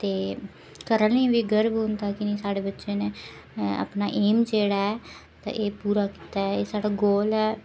ते घरा आह्ले गी बी गर्व होंदा ऐ कि साढ़े बच्चे ने अपना एम जेह्ड़ा ऐ ते एह् पूरा कीता ऐ जेह्ड़ा गोल ऐ